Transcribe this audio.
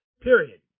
Period